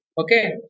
Okay